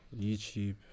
YouTube